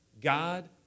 God